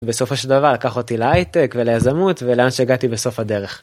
בסופו של דבר לקח אותי להייטק וליזמות ולאן שהגעתי בסוף הדרך.